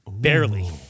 Barely